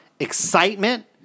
Excitement